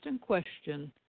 question